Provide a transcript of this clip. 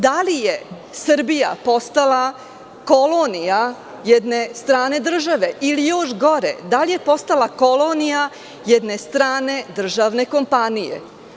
Da li je Srbija postala kolonija jedne strane države ili još gore, da li je postala kolonija jedne strane državne kompanije?